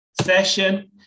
session